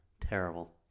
Terrible